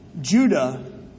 Judah